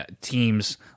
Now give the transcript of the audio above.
teams